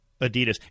Adidas